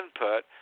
input